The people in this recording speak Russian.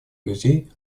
друзей